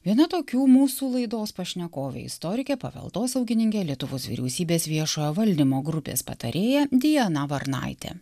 viena tokių mūsų laidos pašnekovė istorikė paveldosaugininkė lietuvos vyriausybės viešojo valdymo grupės patarėja diana varnaitė